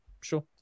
sure